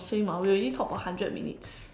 same ah we already talk for hundred minutes